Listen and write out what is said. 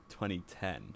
2010